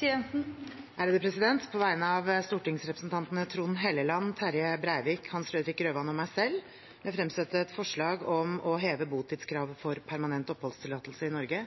Siv Jensen vil fremsette et representantforslag. På vegne av stortingsrepresentantene Trond Helleland, Terje Breivik, Hans Fredrik Grøvan og meg selv vil jeg fremsette et forslag om å heve botidskravet for permanent oppholdstillatelse i Norge.